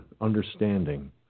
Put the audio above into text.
understanding